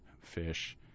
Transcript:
fish